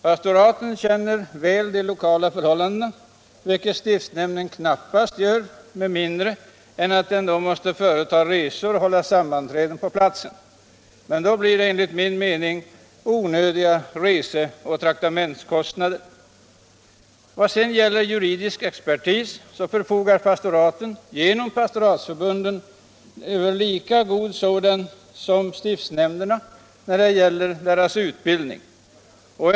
Pastoraten känner väl de lokala förhållandena, vilket stiftsnämnden knappast gör med mindre än att den företar resor och håller sammanträden på platsen. Men då blir det enligt min mening Vad sedan gäller juridisk expertis förfogar pastoraten genom Pastoratsförbundet över lika god sådan som stiftsnämnderna vad utbildningen beträffar.